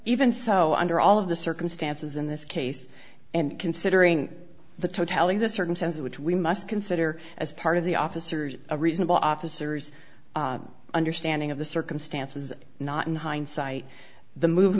even so under all of the circumstances in this case and considering the totality the circumstances which we must consider as part of the officers a reasonable officers understanding of the circumstances not in hindsight the move